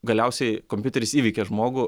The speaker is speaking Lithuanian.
galiausiai kompiuteris įveikia žmogų